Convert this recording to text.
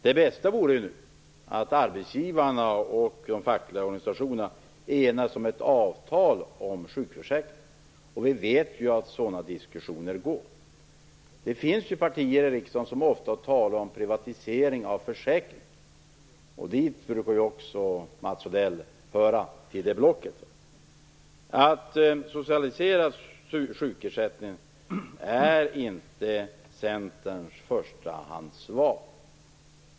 Det bästa vore ju att arbetsgivarna och de fackliga organisationerna enas om ett avtal om sjukförsäkring. Vi vet att sådana diskussioner pågår. Det finns partier i riksdagen som ofta talar om privatisering av försäkringar. Mats Odell brukar höra till det blocket. Att socialisera sjukförsäkringen är inte Centerns förstahandsval.